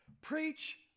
Preach